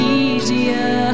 easier